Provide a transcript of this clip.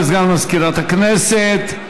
תודה לסגן מזכירת הכנסת.